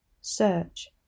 Search